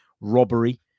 robbery